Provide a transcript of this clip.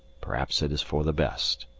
perhaps it is for the best.